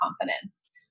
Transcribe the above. confidence